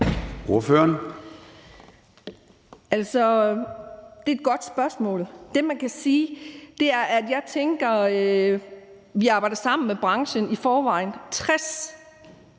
Det er et godt spørgsmål. Det, man kan sige, er, at vi arbejder sammen med branchen i forvejen. 60